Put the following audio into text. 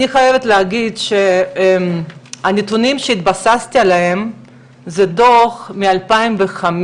אני חייבת להגיד שהנתונים שהתבססתי עליהם זה דוח מ-2015,